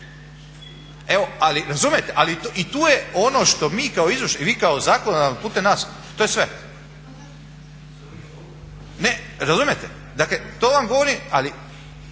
Evo, ali razumijete, ali i tu je ono što mi kao izvršni i vi kao zakonodavni putem nas, to je sve. Ne, razumijete, dakle to vam govorim, ali